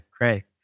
great